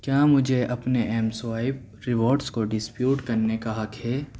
کیا مجھے اپنے ایم سوائپ ریوارڈس کو ڈسپیوٹ کرنے کا حق ہے